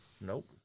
Nope